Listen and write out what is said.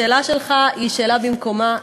השאלה שלך היא שאלה במקומה.